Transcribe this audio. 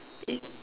is